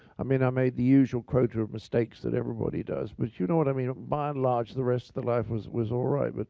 i mean, i made the usual quota of mistakes that everybody does. but you know what i mean, by and large, the rest of the life was was all right. but